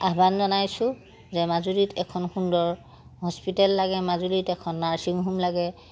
আহ্বান জনাইছোঁ যে মাজুলীত এখন সুন্দৰ হস্পিতেল লাগে মাজুলীত এখন নাৰ্ছিং হোম লাগে